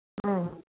ꯑꯥ